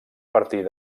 partir